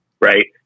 right